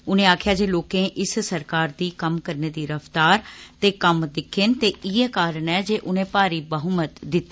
उन्ने आक्खेया जे लोके इस सरकार दी कम्म करने दी रफ्तार ते कम्म दिक्खे न ते इयै कारण ऐ जे उनें भारी बहमत दिता